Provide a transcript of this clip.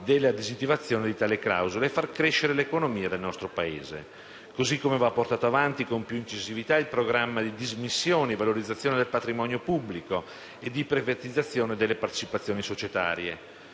della disattivazione di tali clausole e far crescere l'economia del nostro Paese. Così come va portato avanti con più incisività il programma di dismissione e valorizzazione del patrimonio pubblico e di privatizzazione delle partecipazioni societarie.